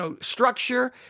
structure